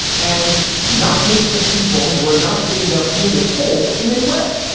and not make the people who are not getting their payment hole in any way.